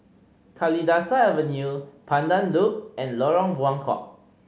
Kalidasa Avenue Pandan Loop and Lorong Buangkok